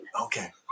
Okay